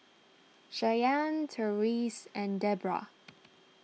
Shyanne Tyrese and Debrah